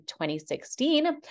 2016